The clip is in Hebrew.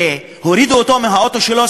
שהורידו אותו מהאוטו שלו,